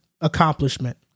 accomplishment